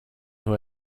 who